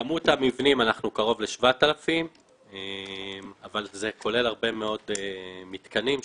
בכמות המבנים אנחנו קרוב ל-7,000 אבל זה כולל הרבה מאוד מתקנים קטנים.